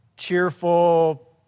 Cheerful